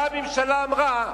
באה הממשלה ואמרה: